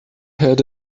had